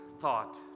thought